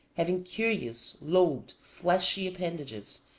having curious, lobed, fleshy appendages,